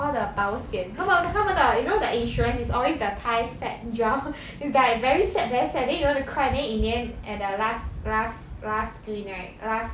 all the 保险他们他们的 you know their insurance is always the thai sad drama it's like very sad very sad then you want to cry then in the end at their last last last screen right